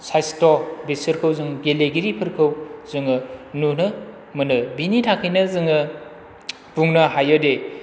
साइसथ' बिसोरखौ जों गेलेगिरिफोरखौ जोङो नुनो मोनो बेनि थाखायनो जोङो बुंनो हायोदि